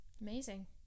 amazing